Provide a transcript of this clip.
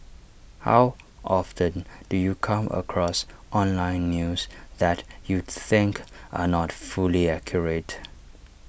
how often do you come across online news that you think are not fully accurate